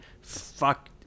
fuck